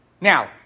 Now